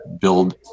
build